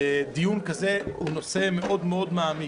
שדיון כזה הוא נושא מאוד מאוד מעמיק,